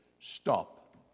stop